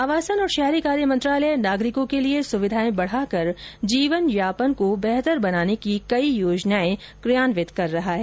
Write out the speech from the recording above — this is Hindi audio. आवासन और शहरी कार्य मंत्रालय नागरिकों के लिए सुविधाएं बढाकर जीवन यापन को बेहतर बनाने की कई योजनाएं कार्यान्वित कर रहा है